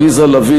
עליזה לביא,